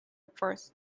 burst